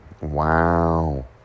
Wow